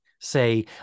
say